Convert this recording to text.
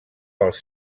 pels